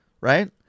right